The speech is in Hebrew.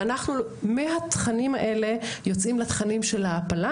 ואנחנו, מהתכנים האלה, יוצאים לתכנים של ההעפלה.